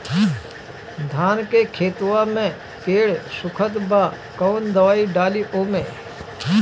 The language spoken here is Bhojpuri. धान के खेतवा मे पेड़ सुखत बा कवन दवाई डाली ओमे?